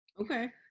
Okay